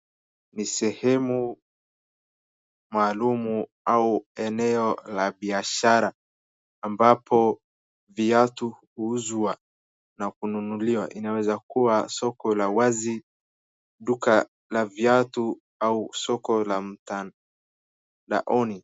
Ni sehemu maalum au eneo la biashara, amabapo viatu huuzwa na kununuliwa, inaweza kua soko la wazi, duka la viatu, au soko la mtandaoni.